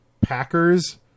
packers